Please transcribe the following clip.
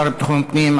השר לביטחון פנים,